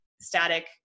static